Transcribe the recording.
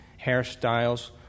Hairstyles